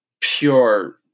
pure